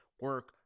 Work